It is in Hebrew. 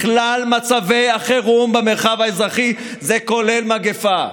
לכלל מצבי החירום במרחב האזרחי זה כולל מגפה.